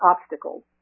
obstacles